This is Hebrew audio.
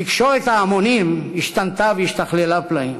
תקשורת ההמונים השתנתה והשתכללה פלאים.